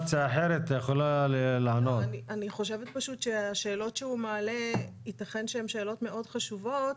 אני חושבת שהשאלות שהוא מעלה ייתכן שהן שאלות מאוד חשובות,